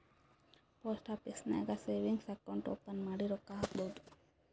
post office ನಾಗ್ savings account open ಮಾಡಿ ರೊಕ್ಕಾ ಹಾಕ್ಬೋದ್